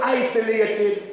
isolated